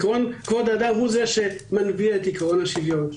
עקרון כבוד האדם הוא זה שמנביע את עקרון השוויון.